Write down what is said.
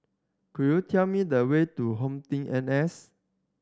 could you tell me the way to HomeTeam N S